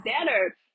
better